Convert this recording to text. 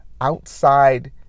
outside